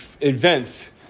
events